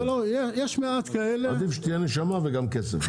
עדיף שתהיה נשמה וגם כסף.